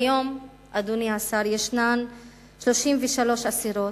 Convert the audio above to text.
כיום, אדוני השר, יש 33 אסירות,